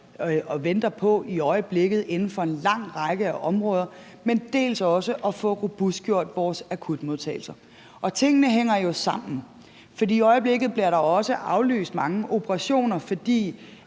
patienter er på i øjeblikket inden for en lang række af områder, dels at få robustgjort vores akutmodtagelser. Og tingene hænger jo sammen: I øjeblikket bliver der også aflyst mange operationer, fordi